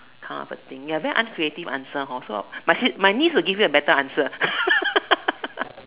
half a thing ya very uncreative answer hor so my my niece will give you a better answer